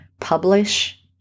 publish